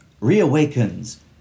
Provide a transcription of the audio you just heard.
reawakens